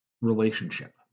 relationship